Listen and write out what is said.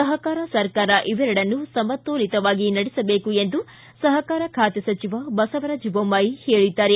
ಸಹಕಾರ ಸರ್ಕಾರ ಇವೆರಡನ್ನು ಸಮತೋಲಿತವಾಗಿ ನಡೆಸಬೇಕು ಎಂದು ಸಹಕಾರ ಖಾತೆ ಸಚಿವ ಬಸವರಾಜ ಬೊಮ್ಲಾಯಿ ಹೇಳಿದ್ದಾರೆ